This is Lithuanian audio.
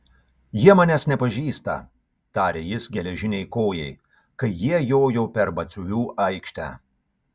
jie manęs nepažįsta tarė jis geležinei kojai kai jie jojo per batsiuvių aikštę